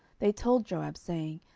they told joab, saying,